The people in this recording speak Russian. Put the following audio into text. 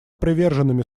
приверженными